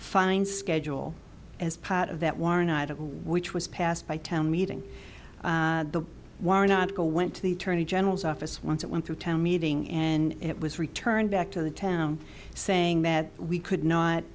fine schedule as part of that warrant out of which was passed by town meeting the why not go went to the attorney general's office once it went through town meeting and it was returned back to the town saying that we could not